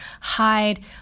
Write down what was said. hide